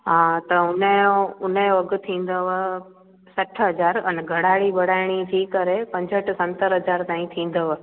हा त हुनजो हुनजो अघु थींदव सठि हज़ार अन घड़ाई वड़ाइणी थी करे पंजहठि सतरि हज़ार ताईं थींदव